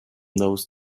those